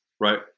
right